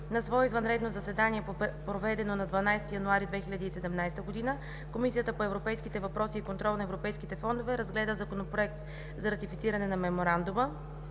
На свое извънредно заседание, проведено на 12 януари 2017 г., Комисията по европейските въпроси и контрол на европейските фондове разгледа Законопроекта за ратифициране на Меморандума,